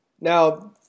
Now